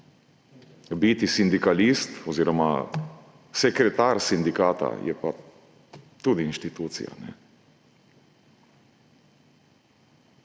biti sindikalist oziroma sekretar sindikata je pa tudi inštitucija.